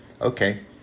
okay